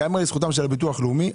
ייאמר לזכותם של הביטוח הלאומי,